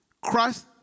Christ